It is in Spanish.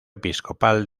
episcopal